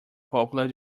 popular